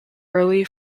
early